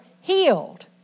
healed